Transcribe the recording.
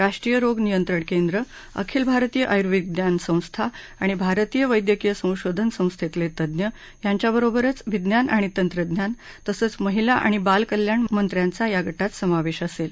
राष्ट्रीय रोग नियंत्रण केंद्र अखिल भारतीय आयुर्विज्ञान संस्था आणि भारतीय वैद्यकीय संशोधन संस्थेतले तज्ञ यांच्याबरोबरच विज्ञान आणि तंत्रज्ञान तसंच महिला आणि बालकल्याण मंत्र्यांचा या गटात समावेश असेल